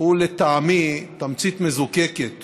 הוא לטעמי תמצית מזוקקת